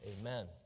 amen